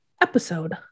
episode